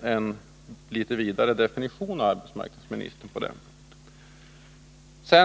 för en närmare definition av arbetsmarknadsministern på den punkten.